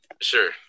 Sure